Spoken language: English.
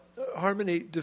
Harmony